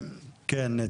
כן,